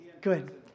good